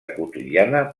quotidiana